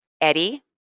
Eddie